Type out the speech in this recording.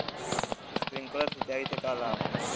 Sprinkler सिंचाई से का का लाभ ह?